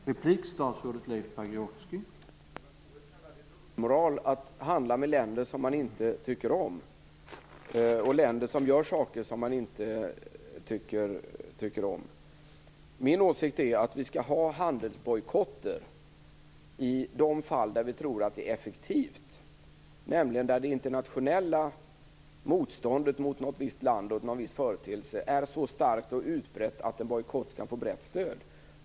Herr talman! Eva Goës kallar det dubbelmoral att handla med länder som man inte tycker om och länder som handlar på ett sätt som man inte tycker om. Min åsikt är att vi skall ha handelsbojkotter i de fall där vi tror att det är effektivt, nämligen där det internationella motståndet mot ett visst land och någon viss företeelse är så starkt och utbrett att en bojkott kan få brett stöd.